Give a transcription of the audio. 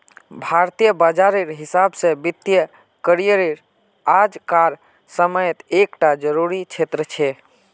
भारतीय बाजारेर हिसाब से वित्तिय करिएर आज कार समयेत एक टा ज़रूरी क्षेत्र छे